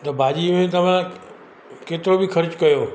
त भाॼीअ में तंहिं महिल केतिरो बि ख़र्चु कयो